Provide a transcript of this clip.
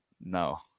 no